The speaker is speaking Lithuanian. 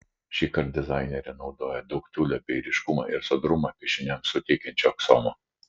šįkart dizainerė naudoja daug tiulio bei ryškumą ir sodrumą piešiniams suteikiančio aksomo